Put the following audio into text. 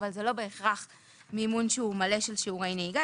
אבל זה לא בהכרח מימון שהוא מלא של שיעורי נהיגה,